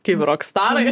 kai rokstarai